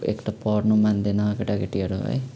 एक त पढ्नु मान्दैन केटाकेटीहरू है